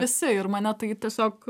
visi ir mane tai tiesiog